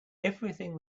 everything